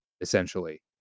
essentially